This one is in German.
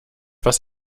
was